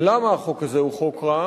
למה החוק הזה הוא חוק רע